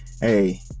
hey